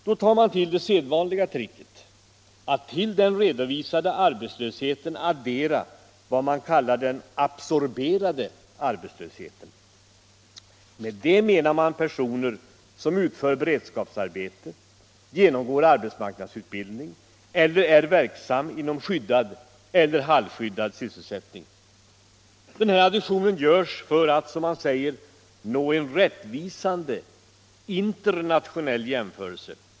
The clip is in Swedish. Då tar man till det sedvanliga tricket att till den redovisade arbetslösheten addera vad man kallar ”den absorberade arbetslösheten”. Med det menar man personer som utför beredskapsarbete, genomgår arbetsmarknadsutbildning eller är verksamma inom skyddad eller halvskyddad sysselsättning. Denna addition görs för att, som man säger, nå en rättvisande internationell jämförelse.